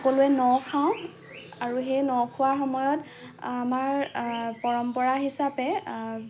সকলোৱে ন খাওঁ আৰু সেই ন খোৱাৰ সময়ত আমাৰ পৰম্পৰা হিচাপে